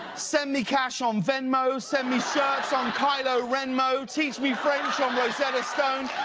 send me cash on venmo. send me shirts on kylo renmo. teach me french on rosetta stone.